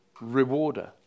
rewarder